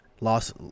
Lost